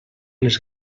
les